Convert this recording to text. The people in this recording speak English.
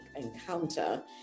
encounter